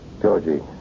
Georgie